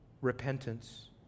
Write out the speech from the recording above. repentance